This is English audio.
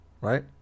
right